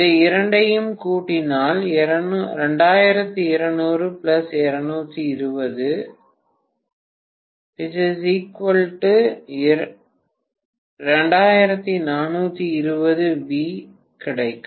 இதை இரண்டையும் கூட்டினால் 2200220 2420V கிடைக்கும்